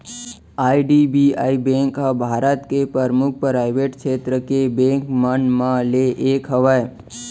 IDBI bank ह भारत के परमुख पराइवेट छेत्र के बेंक मन म ले एक हवय